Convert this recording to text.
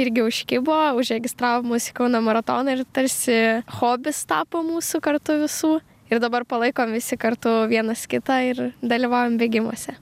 irgi užkibo užregistravo mus į kauno maratoną ir tarsi hobis tapo mūsų kartu visų ir dabar palaikom visi kartu vienas kitą ir dalyvaujam bėgimuose